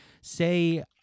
say